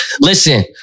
Listen